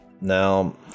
Now